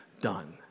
done